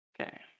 Okay